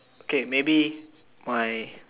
okay maybe my